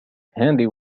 handy